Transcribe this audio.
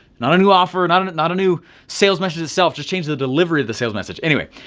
not a new offer, not and not a new sales message itself, just changed the delivery of the sales message anyway.